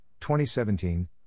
2017